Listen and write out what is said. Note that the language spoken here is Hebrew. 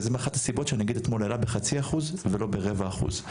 וזה מאחת אתמול שהנגיד אתמול העלה בחצי אחוז ולא ברבע אחוז,